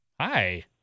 Hi